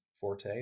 forte